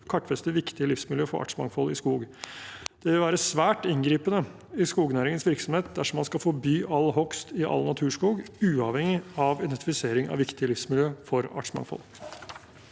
og kartfester viktige livsmiljø for artsmangfoldet i skog. Det vil være svært inngripende i skognæringens virksomhet dersom man skal forby all hogst i all naturskog, uavhengig av identifisering av viktige livsmiljø for artsmangfold.